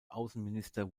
außenminister